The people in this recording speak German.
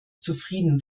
zufrieden